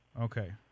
Okay